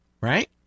right